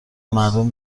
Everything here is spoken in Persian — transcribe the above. مردم